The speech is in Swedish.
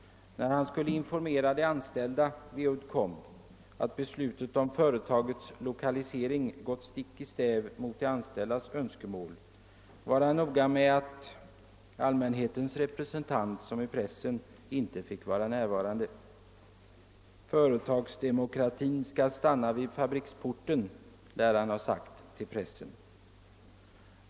När han skulle informera de anställda vid Uddcomb att beslutet om företagets lokalisering gått stick i stäv mot de anställdas önskemål var han noga med att allmänhetens representant som är pressen inte fick vara närvarande. Företagsdemokratin skall stanna vid fabriksporten lär han ha sagt till pressen.